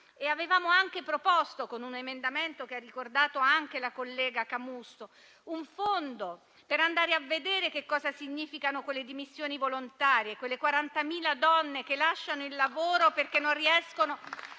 Avevamo anche proposto, con un emendamento che ha ricordato anche la collega Camusso, un fondo per andare a vedere che cosa significano quelle dimissioni volontarie, quelle 40.000 donne che lasciano il lavoro perché non riescono